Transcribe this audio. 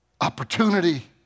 opportunity